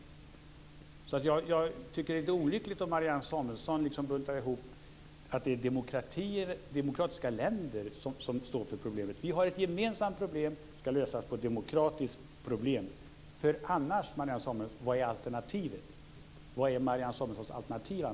Det är lite olyckligt om Marianne Samuelsson buntar ihop att det är demokratiska länder som står för problemen. Vi har ett gemensamt problem, och det ska lösas på demokratiskt sätt. Vad är annars alternativet, Marianne Samuelsson?